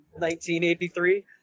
1983